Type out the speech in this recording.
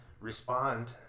respond